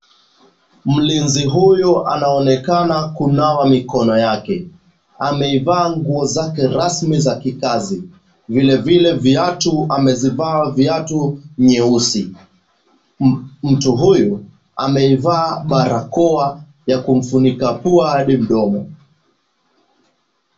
Mlinzi huyu anaonekana kunawa mikono yake. Ameivaa nguo zake rasmi za kikazi. Vilivile, viatu amezivaa viatu nyeusi. Mtu huyu ameivaa barakoa ya kumfunika pua hadi mdomo.